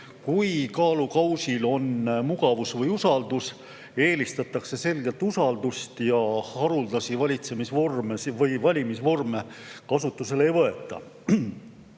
Kui kaalukaussidel on mugavus ja usaldus, eelistatakse selgelt usaldust, ja haruldasi valimisvorme kasutusele ei võeta.